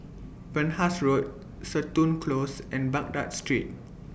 Penhas Road Seton Close and Baghdad Street